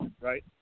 right